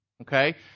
okay